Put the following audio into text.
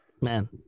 man